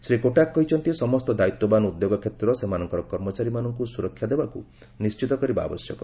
ଶ୍ରୀ କୋଟାକ୍ କହିଛନ୍ତି ସମସ୍ତ ଦାୟିତ୍ୱବାନ ଉଦ୍ୟୋଗ କ୍ଷେତ୍ର ସେମାନଙ୍କର କର୍ମଚାରୀମାନଙ୍କୁ ସୁରକ୍ଷା ଦେବାକୁ ନିଶ୍ଚିତ କରିବା ଆବଶ୍ୟକ